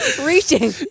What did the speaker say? Reaching